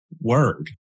word